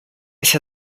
sia